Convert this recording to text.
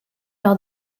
leur